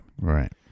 Right